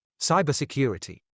Cybersecurity